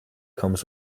comes